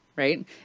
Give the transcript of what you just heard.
Right